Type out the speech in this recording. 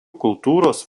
kultūros